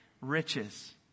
riches